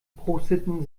prosteten